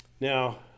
Now